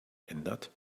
ändert